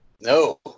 No